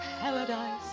paradise